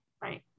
Right